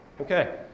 Okay